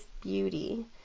beauty